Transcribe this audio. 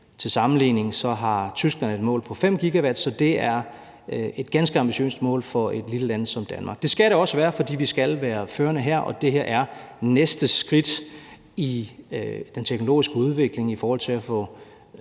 til sammenligning har Tyskland et mål på 5 GW, så det er et ganske ambitiøst mål for et lille land som Danmark. Det skal det også være, fordi vi skal være førende her, og det her er næste skridt i den teknologiske udvikling i forhold til for